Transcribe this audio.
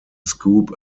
scoop